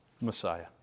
Messiah